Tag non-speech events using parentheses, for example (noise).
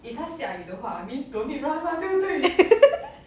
(laughs)